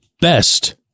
best